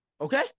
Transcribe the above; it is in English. Okay